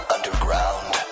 Underground